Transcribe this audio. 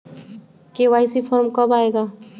KYC form कब आए गा?